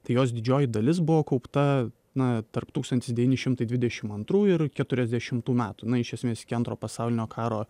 tai jos didžioji dalis buvo kaupta na tarp tūkstantis devyni šimtai dvidešimt antrųjų ir keturiasdešimtų metų na iš esmės iki antro pasaulinio karo